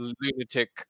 lunatic